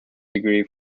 degree